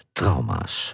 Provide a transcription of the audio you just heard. trauma's